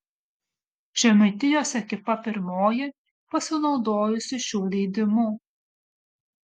žemaitijos ekipa pirmoji pasinaudojusi šiuo leidimu